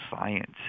science